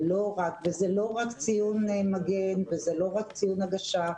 וזה לא רק ציון מגן וזה לא רק ציון הגשה,